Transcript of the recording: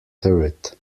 turret